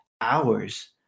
hours